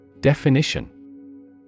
Definition